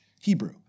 Hebrew